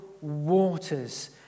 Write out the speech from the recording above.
waters